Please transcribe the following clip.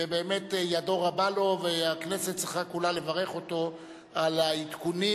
ובאמת ידו רבה לו והכנסת צריכה כולה לברך אותו על העדכונים